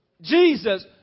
Jesus